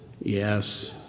Yes